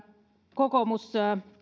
kokoomus